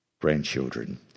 grandchildren